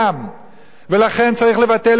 ולכן, צריך לבטל את גיוס החובה,